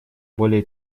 более